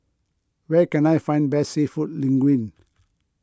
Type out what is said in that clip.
where can I find best Seafood Linguine